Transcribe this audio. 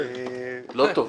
לא טוב.